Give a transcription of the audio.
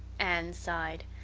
anne sighed.